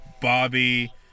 Bobby